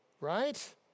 right